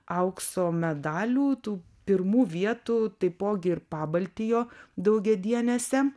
aukso medalių tų pirmų vietų taipogi ir pabaltijo daugiadienėse